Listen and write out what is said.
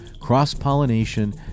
Cross-pollination